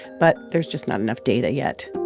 but there's just not enough data yet.